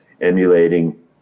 emulating